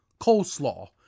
coleslaw